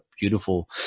beautiful